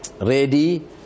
ready